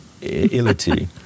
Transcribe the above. ility